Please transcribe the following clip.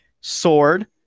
Sword